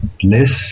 bliss